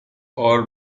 are